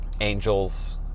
angels